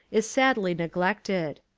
is sadly neglected.